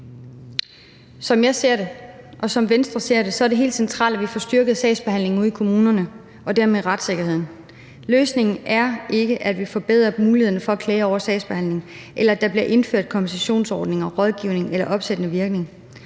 Som jeg ser det, og som Venstre ser det, er det helt centralt, at vi får styrket sagsbehandlingen ude i kommunerne og dermed retssikkerheden. Løsningen er ikke, at vi forbedrer mulighederne for at klage over sagsbehandlingen, eller at der bliver indført kompensationsordninger, rådgivning eller opsættende virkning.